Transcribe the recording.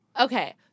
Okay